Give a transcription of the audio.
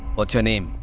what's your name?